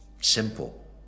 Simple